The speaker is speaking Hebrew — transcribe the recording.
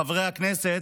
חברי הכנסת,